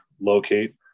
locate